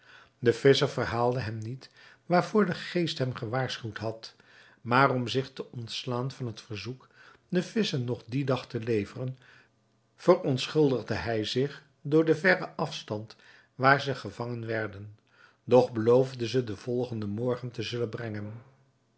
de visscher verhaalde hem niet waarvoor de geest hem gewaarschuwd had maar om zich te ontslaan van het verzoek de visschen nog dien dag te leveren verontschuldigde hij zich door den verren afstand waar ze gevangen werden doch beloofde ze den volgenden morgen te zullen brengen